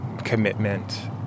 commitment